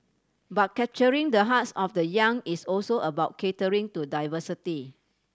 but capturing the hearts of the young is also about catering to diversity